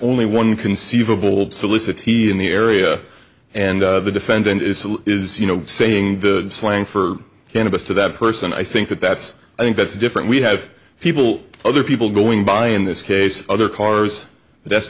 only one conceivable solicit tea in the area and the defendant is you know saying the slang for cannabis to that person i think that that's i think that's different we have people other people going by in this case other cars